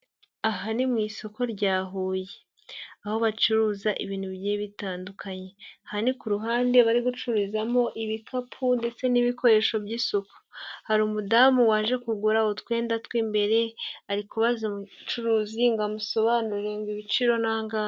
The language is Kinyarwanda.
Aha ni mu isoko rya Huye aho bacuruza ibintu bigiye bitandukanye, aha ni ku ruhande bari gucururizamo ibikapu ndetse n'ibikoresho by'isuku, hari umudamu waje kugura utwenda tw'imbere ari kubaza umucuruzi ngo amusobanu ibiciro ni angahe.